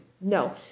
No